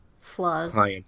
flaws